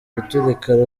gatulika